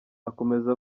akomeza